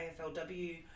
AFLW